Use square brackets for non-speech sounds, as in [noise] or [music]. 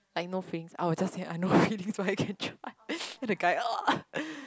like no feelings I will just say I no feelings so I can try so the guy [noise]